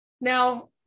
Now